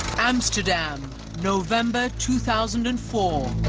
amsterdam november two thousand and four